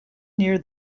near